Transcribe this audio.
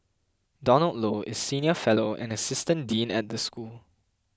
Donald Low is senior fellow and assistant dean at the school